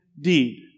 deed